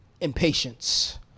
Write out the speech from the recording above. impatience